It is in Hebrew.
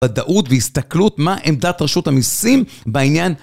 בדעות והסתכלות מה עמדת רשות המסים בעניין